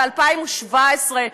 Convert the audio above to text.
ב-2017,